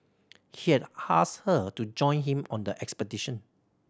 he had asked her to join him on the expedition